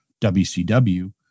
WCW